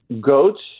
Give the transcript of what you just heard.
goats